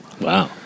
Wow